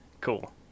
Cool